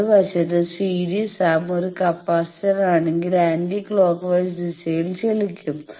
മറുവശത്ത് series arm ഒരു capacitor ആണെങ്കിൽ ആന്റി ക്ലോക്ക് വൈസ് ദിശയിൽ ചലിക്കും